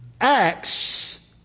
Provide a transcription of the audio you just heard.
acts